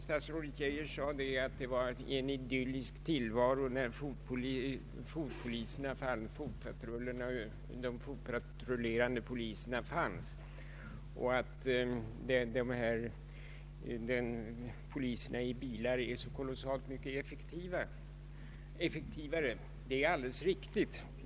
Statsrådet Geijer sade att det var en idyllisk tillvaro när det fanns fotpatrul Anslag till polisväsendet, m.m. lerande poliser och att poliserna i bilar är kolossalt mycket effektivare. Det är alldeles riktigt.